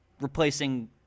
replacing